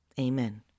Amen